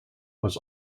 was